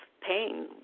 pain